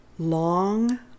Long